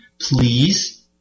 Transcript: please